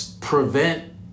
prevent